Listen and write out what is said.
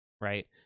right